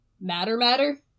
matter-matter